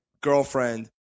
girlfriend